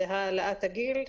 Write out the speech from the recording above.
זה העלאת הגיל.